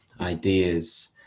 ideas